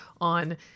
on